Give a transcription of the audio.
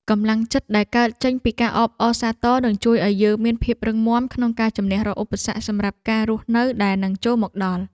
កម្លាំងចិត្តដែលកើតចេញពីការអបអរសាទរនឹងជួយឱ្យយើងមានភាពរឹងមាំក្នុងការជម្នះរាល់ឧបសគ្គសម្រាប់ការរស់នៅដែលនឹងចូលមកដល់។